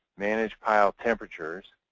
manage pile temperatures.